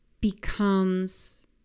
becomes